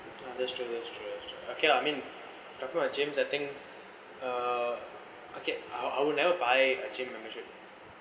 that's true that's true okay lah I mean talking about gym I think uh okay I'll I'll never buy a gym membership